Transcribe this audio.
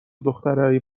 دخترای